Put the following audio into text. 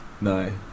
No